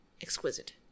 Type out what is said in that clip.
exquisite